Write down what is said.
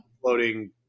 floating